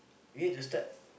you need to start